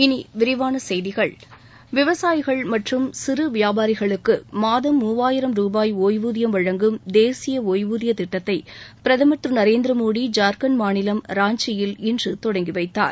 இனி விரிவான செய்திகள் விவசாயிகள் மற்றும் சிறு வியாபாரிகளுக்கு மாதம் மூவாயிரம் ரூபாய் ஒய்வூதியம் வழங்கும் தேசிய ஒய்வூதியத் திட்டத்தை பிரதமர் திரு நரேந்திரமோடி ஜார்க்கண்ட் மாநிலம் ராஞ்சியில் இன்று தொடங்கி வைத்தார்